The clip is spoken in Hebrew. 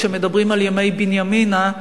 כשמדברים על ימי בנימינה,